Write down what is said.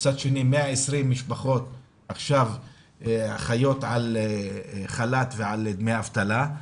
ומצד שני 120 משפחות עכשיו חיות על חל"ת ועל דמי אבטלה,